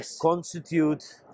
constitute